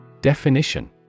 Definition